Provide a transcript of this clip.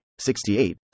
68